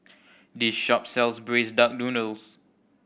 this shop sells Braised Duck Noodle